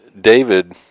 David